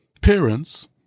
parents